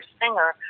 singer